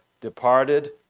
departed